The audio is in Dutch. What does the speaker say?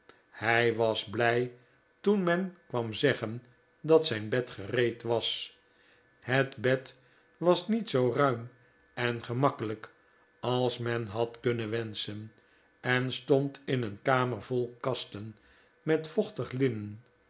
hij was blij toen men kwam zeggen dat zijn bed gereed was het bed was niet zoo ru im en gemakkelijk als men had kunnen wenschen en stond in een kamer vol kasten met vochtig linnen